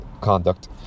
conduct